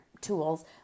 tools